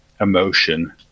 emotion